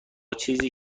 چیزی